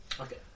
Okay